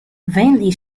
vainly